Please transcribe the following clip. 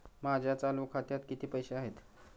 माझ्या चालू खात्यात किती पैसे आहेत?